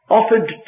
offered